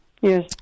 Yes